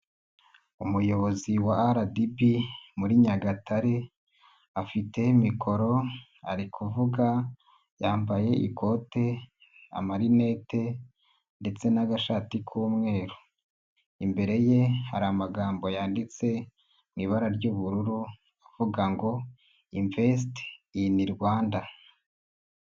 Umuyobozi wa RDB muri Nyagatare, afite mikoro ari kuvuga yambaye ikote, amarinete ndetse n'agashati k'umweru, imbere ye hari amagambo yanditse mu ibara ry'ubururu avuga ngo invesite ini Rwanda.